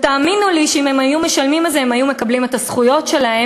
תאמינו לי שאם הם היו משלמים את זה הם היו מקבלים את הזכויות שלהם,